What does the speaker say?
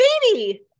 baby